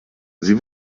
sie